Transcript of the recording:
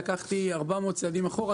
לקחתי 400 צעדים אחורה,